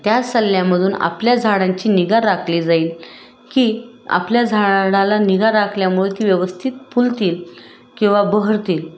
त्याच सल्ल्यामधून आपल्या झाडांची निगा राखली जाईल की आपल्या झाडाला निगा राखल्यामुळे ती व्यवस्थित फुलतील किंवा बहरतील